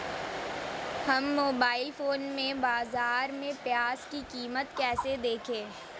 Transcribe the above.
हम mobile phone पर बाज़ार में प्याज़ की कीमत कैसे देखें?